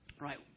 right